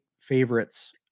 Favorites